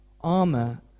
armor